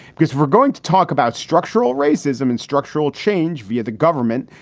because we're going to talk about structural racism and structural change via the government.